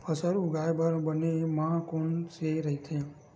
फसल उगाये बर बने माह कोन से राइथे?